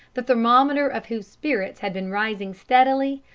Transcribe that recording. the thermometer of whose spirits had been rising steadily,